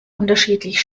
unterschiedlich